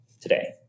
today